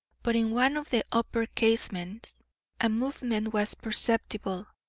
but in one of the upper casements a movement was perceptible,